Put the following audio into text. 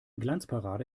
glanzparade